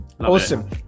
awesome